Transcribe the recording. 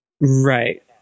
Right